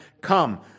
Come